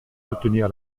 soutenir